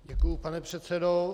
Děkuju, pane předsedo.